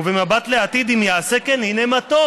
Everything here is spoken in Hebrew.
ובמבט לעתיד אם ייעשה כן הינה מה טוב"